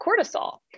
cortisol